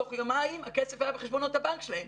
תוך יומיים הכסף היה בחשבונות הבנק שלהם.